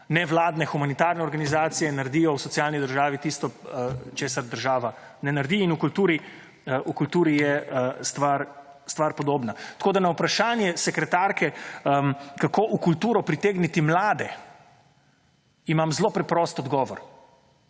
nevladne humanitarne organizacije naredijo v socialni državi tisto, česar država ne naredi in v kulturi je stvar podobna. Tako da, na vprašanje sekretarke, kako v kulturo pritegniti mlade, imam zelo preprost odgovor.